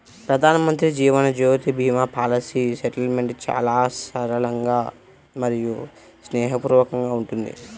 ప్రధానమంత్రి Jeevan Jyoti Bima policy settlement చాలా సరళంగా మరియు స్నేహపూర్వకంగా ఉంటుంది